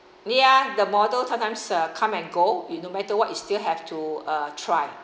yeah the model sometimes uh come and go with no matter what you still have to uh try